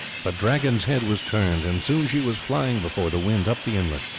the dragon's head was turned, and soon she was flying before the wind up the inlet.